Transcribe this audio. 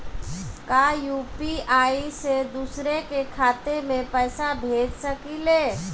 का यू.पी.आई से दूसरे के खाते में पैसा भेज सकी ले?